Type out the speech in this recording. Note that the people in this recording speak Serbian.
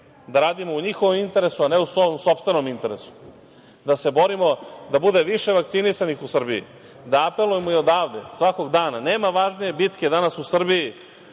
da radimo u njihovom interesu, a ne u sopstvenom interesu, da se borimo da bude više vakcinisanih u Srbiji, da apelujemo i odavde svakog dana. Nema važnije bitke danas u Srbiji